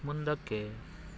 ಮುಂದಕ್ಕೆ